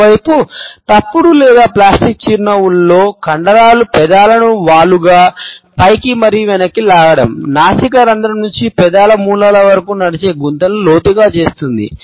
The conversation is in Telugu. మరోవైపు తప్పుడు లేదా ప్లాస్టిక్ చిరునవ్వులలో కండరాలు పెదాలను వాలుగా పైకి మరియు వెనుకకు లాగడం నాసికా రంధ్రం నుండి పెదాల మూలల వరకు నడిచే గుంతలను లోతుగా చేస్తుంది